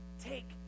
take